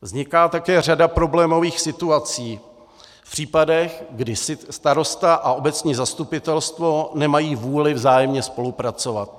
Vzniká také řada problémových situací v případech, kdy starosta a obecní zastupitelstvo nemají vůli vzájemně spolupracovat.